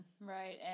Right